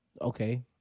Okay